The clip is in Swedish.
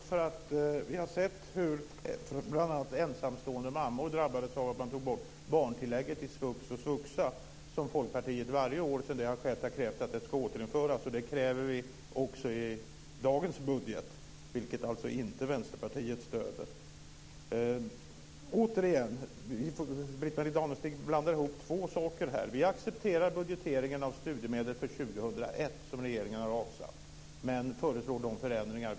Fru talman! Vi har sett hur bl.a. ensamstående mammor drabbades av att man tog bort barntillägget i svux och svuxa. Därför har Folkpartiet varje år sedan det skedde krävt att det ska återinföras. Det kräver vi också i dagens budget, vilket alltså inte Vänsterpartiet stöder. Återigen: Britt-Marie Danestig blandar ihop två saker. Vi accepterar den budgetering av studiemedlen för år 2001 som regeringen har avsatt. Men vi föreslår vissa förändringar.